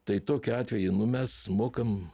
tai tokiu atveju nu mes mokam